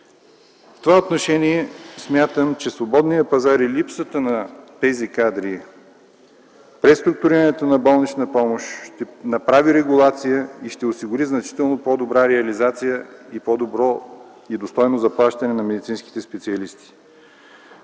В това отношение смятам, че в свободния пазар и при липсата на тези кадри, преструктурирането на болничната помощ ще направи регулация и ще осигури значително по-добра реализация и по-добро и достойно заплащане на медицинските специалисти.